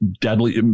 deadly